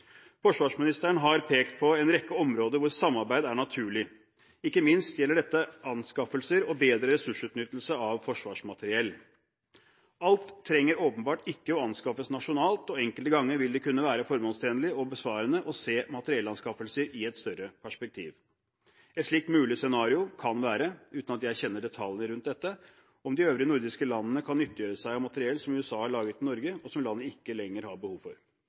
Forsvarsministeren har pekt på en rekke områder hvor samarbeid er naturlig. Ikke minst gjelder dette anskaffelser og bedre ressursutnyttelse av forsvarsmateriell. Alt trenger åpenbart ikke å anskaffes nasjonalt, og enkelte ganger vil det kunne være formålstjenlig og besparende å se materialanskaffelser i et større perspektiv. Et slikt mulig scenario kan være, uten at jeg kjenner detaljer rundt dette, at de øvrige nordiske landene kan nyttiggjøre seg materiell som USA har lagret i Norge, og som landet ikke lenger har behov for.